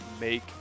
make